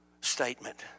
statement